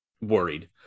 worried